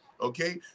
okay